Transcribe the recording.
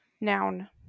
Noun